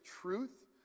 truth